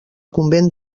convent